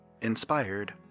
inspired